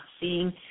seeing